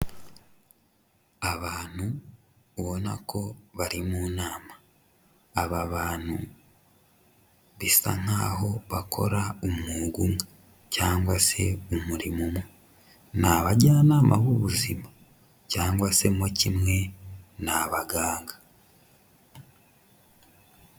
Abantu ubona ko bari mu nama, aba bantu bisa nkaho bakora umwuga umwe cyangwa se umurimo umwe, ni abajyanama b'ubuzima cyangwa se mo kimwe ni abaganga.